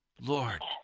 Lord